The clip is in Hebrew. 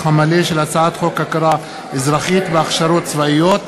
המלא של הצעת חוק הכרה אזרחית בהכשרות צבאיות,